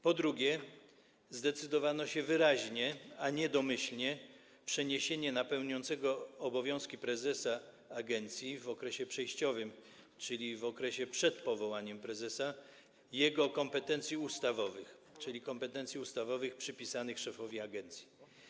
Po drugie, zdecydowano się wyraźnie, a nie domyślnie, na przeniesienie na pełniącego obowiązki prezesa agencji w okresie przejściowym, czyli w okresie przed powołaniem prezesa, jego kompetencji ustawowych, tj. kompetencji ustawowych przypisanych szefowi agencji.